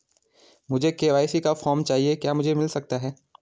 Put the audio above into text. मुझे के.वाई.सी का फॉर्म चाहिए क्या मुझे मिल सकता है?